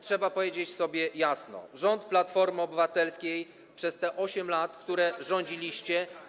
Trzeba powiedzieć sobie jasno, że rząd Platformy Obywatelskiej przez te 8 lat, kiedy rządziliście.